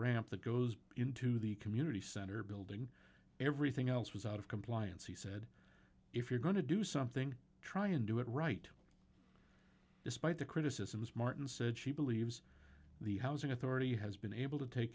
ramp that goes into the community center building everything else was out of compliance he said if you're going to do something try and do it right despite the criticisms martin said she believes the housing authority has been able to take